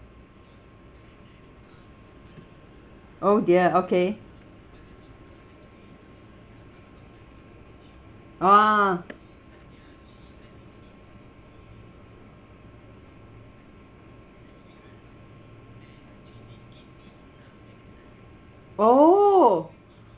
oh dear okay !wah! oo